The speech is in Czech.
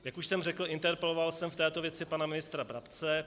Jak už jsem řekl, interpeloval jsem v této věci pana ministra Brabce.